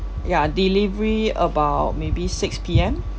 ya delivery about maybe six P_M